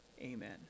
amen